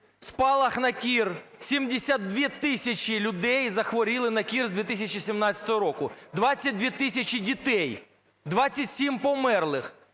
Спалах на кір – 72 тисячі людей захворіли на кір з 2017 року, 22 тисячі дітей, 27 померлих.